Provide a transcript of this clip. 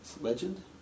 legend